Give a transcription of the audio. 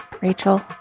Rachel